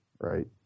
Right